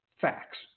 facts